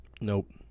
Nope